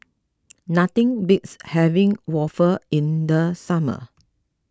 nothing beats having Waffle in the summer